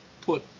put